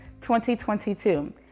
2022